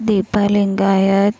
Deepa Lingayat